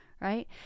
right